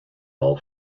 all